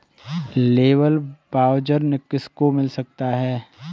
Labour voucher किसको मिल सकता है?